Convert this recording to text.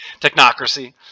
Technocracy